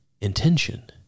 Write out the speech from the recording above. intention